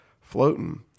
floating